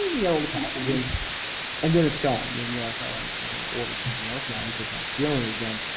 ah you know the packaging and then it's gone and then and you're like, alright, i've got to order something else now to get that feeling again.